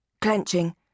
clenching